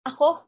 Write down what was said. Ako